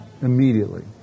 Immediately